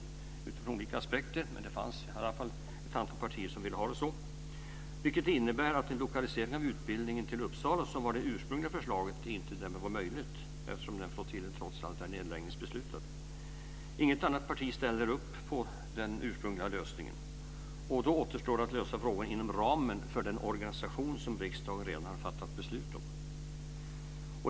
Jag vet inte utifrån vilka aspekter man har krävt detta, men det fanns i alla fall ett antal partier som ville ha det så. Det innebär att en lokalisering av utbildningen till Uppsala, som det ursprungliga förslaget innebar, därmed inte var möjlig eftersom det trots allt fattats ett nedläggningsbeslut för den flottiljen. Inget annat parti ställer upp på den ursprungliga lösningen. Då återstår att lösa problemet inom ramen för den organisation som riksdagen redan har fattat beslut om.